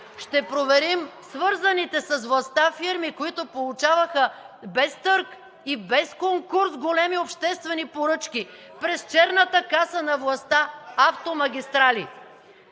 Ще проверим свързаните с властта фирми, които получаваха без търг и без конкурс големите обществени поръчки през черната каса на властта – автомагистрали.